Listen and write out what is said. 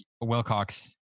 wilcox